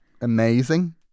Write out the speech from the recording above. amazing